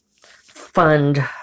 fund